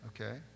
okay